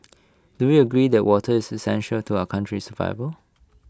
do we agree that water is existential to our country survival